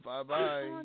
Bye-bye